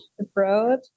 abroad